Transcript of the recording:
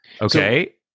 Okay